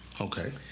Okay